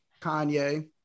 Kanye